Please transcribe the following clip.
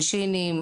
שנת שירות,